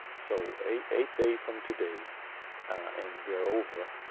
so eight eight days from today and we're over.